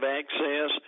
access